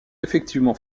effectivement